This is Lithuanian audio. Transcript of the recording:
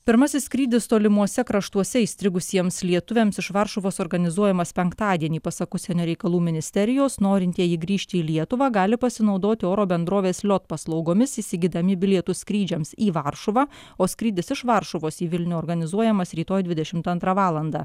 pirmasis skrydis tolimuose kraštuose įstrigusiems lietuviams iš varšuvos organizuojamas penktadienį pasak užsienio reikalų ministerijos norintieji grįžti į lietuvą gali pasinaudoti oro bendrovės liot paslaugomis įsigydami bilietus skrydžiams į varšuvą o skrydis iš varšuvos į vilnių organizuojamas rytoj dvidešimt antrą valandą